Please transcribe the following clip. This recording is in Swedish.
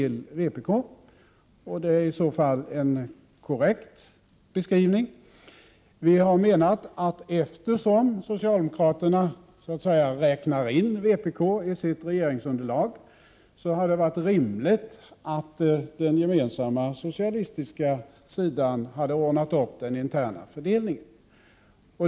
Det är i så fall en korrekt beskrivning. Vi har menat att eftersom socialdemokraterna räknar in vpk i sitt regeringsunderlag är det också rimligt att den gemensamma socialistiska sidan har ordnat upp den interna fördelningen.